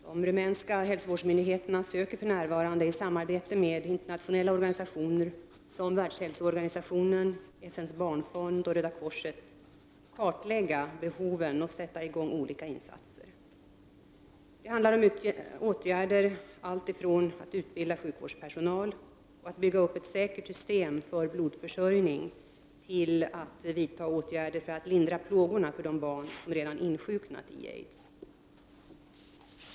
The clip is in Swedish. De rumänska hälsovårdsmyndigheterna söker för närvarande i samarbete med internationella organisationer som Världshälsoorganisationen, FN:s barnfond och Röda korset kartlägga behoven och sätta i gång olika insatser. Det handlar om åtgärder alltifrån att utbilda sjukvårdspersonal och att bygga upp ett säkert system för blodförsörjning till att vidta åtgärder för att lindra plågorna för de barn som redan insjuknat i aids.